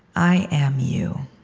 i am you,